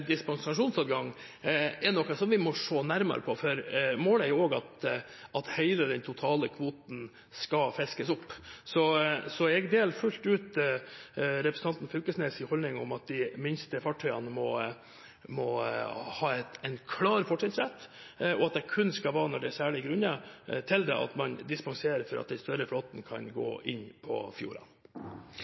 dispensasjonsadgang, er noe vi må se nærmere på, for målet er også at hele kvoten skal fiskes opp. Jeg deler fullt ut representanten Knag Fylkesnes’ holdning om at de minste fartøyene må ha en klar fortrinnsrett, og at det kun skal være når det er særlige grunner til det at man dispenserer for at den større flåten kan gå inn i fjordene.